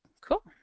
Cool